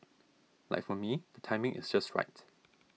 like for me the timing is just right